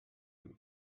you